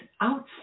outside